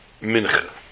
mincha